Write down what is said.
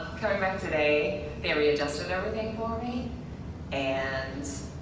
coming back today they readjusted everything for me and